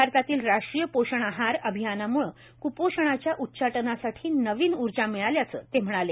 भारतातील राष्ट्रीय पोषण आहार अभियानाम्ळे क्पोषणाच्या उच्चाटनासाठी नवीन ऊर्जा मिळाल्याचं ते म्हणाले